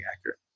accurate